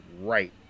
right